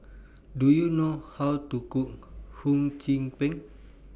Do YOU know How to Cook Hum Chim Peng